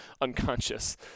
unconscious